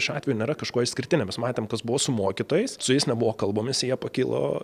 šiuo atveju nėra kažkuo išskirtinė mes matėm kas buvo su mokytojais su jais nebuvo kalbamiesi jie pakilo